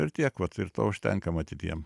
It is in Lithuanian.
ir tiek vat ir to užtenka matyt jiem